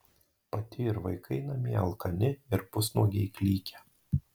pati ir vaikai namie alkani ir pusnuogiai klykia